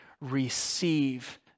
receive